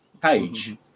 page